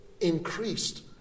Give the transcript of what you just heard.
increased